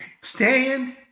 Stand